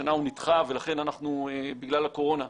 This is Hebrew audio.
השנה הוא נדחה בגלל הקורונה.